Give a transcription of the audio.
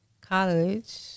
college